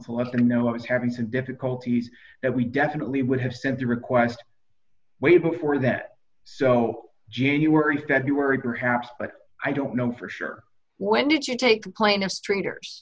to let him know i was having some difficulties that we definitely would have simply request way before that so january february perhaps but i don't know for sure when did you take plaintiff's traders